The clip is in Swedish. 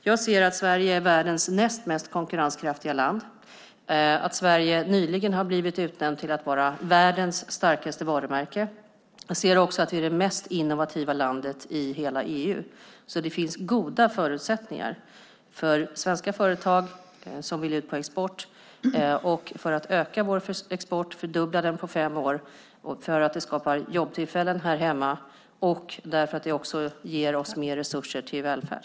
Jag ser att Sverige är världens näst mest konkurrenskraftiga land och att Sverige nyligen har blivit utnämnt till världens starkaste varumärke. Jag ser också att vi är det mest innovativa landet i hela EU. Det finns alltså goda förutsättningar för svenska företag som vill ut på export, för att öka vår export - fördubbla den på fem år - för att det skapar jobbtillfällen här hemma och för att det ger oss mer resurser till välfärd.